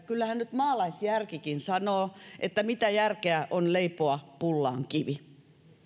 kyllähän nyt maalaisjärkikin sanoo että mitä järkeä on leipoa pullaan kivi